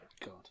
God